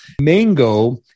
Mango